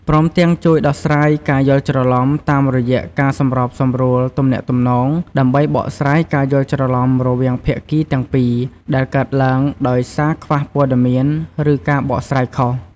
ព្រមទាំងជួយដោះស្រាយការយល់ច្រឡំ តាមរយះការសម្របសម្រួលទំនាក់ទំនង ដើម្បីបកស្រាយការយល់ច្រឡំរវាងភាគីទាំងពីរដែលកើតឡើងដោយសារខ្វះព័ត៌មាន ឬការបកស្រាយខុស។